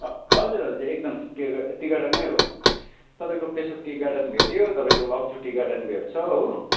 हजुर हजुर एकदम टी गार्डन टी गार्डन नै हो तपाईँको पेसोक टी गार्डन भेट्यो तपाईँको लप्चू टी गार्डन भेट्छ हो